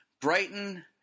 Brighton